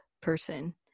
person